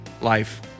life